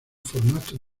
formato